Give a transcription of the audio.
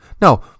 Now